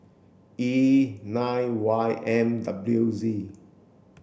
E nine Y M W Z